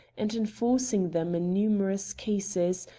and enforcing them in numerous cases,